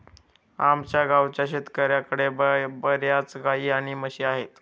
आमच्या गावाच्या शेतकऱ्यांकडे बर्याच गाई आणि म्हशी आहेत